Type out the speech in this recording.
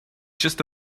just